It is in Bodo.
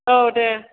औ दे